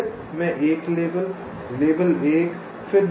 फिर मैं 1 label label 1